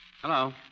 Hello